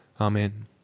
Amen